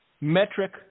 Metric